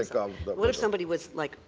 but what if somebody was, like,